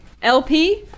LP